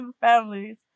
families